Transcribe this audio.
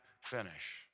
finish